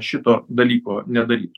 šito dalyko nedarytų